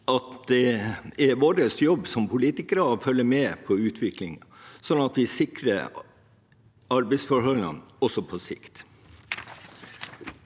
det er vår jobb som politikere å følge med på utviklingen, sånn at vi sikrer arbeidsforholdene også på sikt.